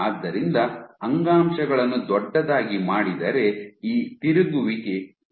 ಆದ್ದರಿಂದ ಅಂಗಾಂಶಗಳನ್ನು ದೊಡ್ಡದಾಗಿ ಮಾಡಿದರೆ ಈ ತಿರುಗುವಿಕೆ ನಿಲ್ಲುತ್ತದೆ